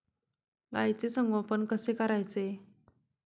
गाईचे संगोपन कसे करायचे?